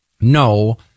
No